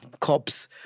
cops